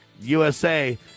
USA